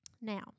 Now